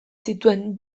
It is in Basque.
zituen